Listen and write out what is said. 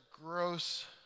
gross